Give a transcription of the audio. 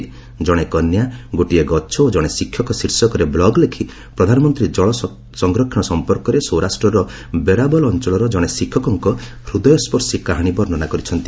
ଜଣେ କନ୍ୟା ଗୋଟିଏ ଗଛ ଓ ଜଣେ ଶିକ୍ଷକ ଶୀର୍ଷକରେ ବ୍ଲଗ୍ ଲେଖି ପ୍ରଧାନମନ୍ତ୍ରୀ ଜଳ ସଂରକ୍ଷଣ ସମ୍ପର୍କରେ ସୌରାଷ୍ଟ୍ରର ବେରାବଲ୍ ଅଞ୍ଚଳର ଜଣେ ଶିକ୍ଷକଙ୍କ ହୃଦୟସର୍ଶୀ କାହାଣୀ ବର୍ଷ୍ଣନା କରିଛନ୍ତି